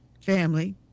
family